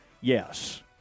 Yes